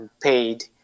paid